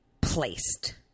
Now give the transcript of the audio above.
placed